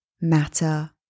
matter